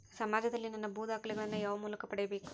ಸಮಾಜದಲ್ಲಿ ನನ್ನ ಭೂ ದಾಖಲೆಗಳನ್ನು ಯಾವ ಮೂಲಕ ಪಡೆಯಬೇಕು?